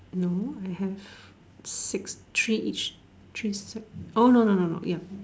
no I have six three each three side orh no no no no ya